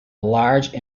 large